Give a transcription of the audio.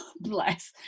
Bless